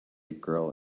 girl